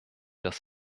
das